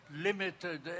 limited